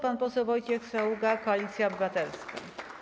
Pan poseł Wojciech Saługa, Koalicja Obywatelska.